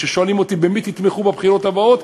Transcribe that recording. כששואלים אותי: במי תתמכו בבחירות הבאות?